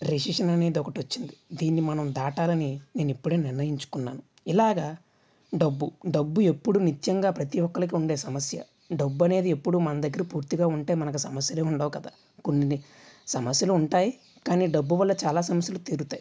recession అనేది ఒకటి వచ్చింది దీనిని మనం దాటాలని నేను ఇప్పడే నిర్ణయించుకున్నాను ఇలాగా డబ్బు డబ్బు ఎప్పుడూ నిత్యముగా ప్రతీ ఒక్కరికి ఉండే సమస్య డబ్బు అనేది ఎప్పుడూ మన దగ్గర పూర్తిగా ఉంటే మనకి సమస్యలే ఉండవు కదా కొన్ని సమస్యలు ఉంటాయి కానీ డబ్బు వల్ల చాలా సమస్యలు తీరుతాయి